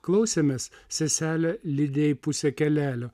klausėmės seselę lydėjai pusę kelelio